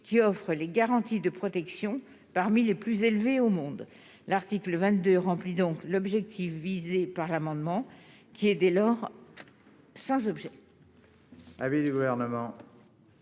qui offre les garanties de protection parmi les plus élevés au monde, l'article 22 remplie donc l'objectif visé par amendement qui est dès lors sans objet.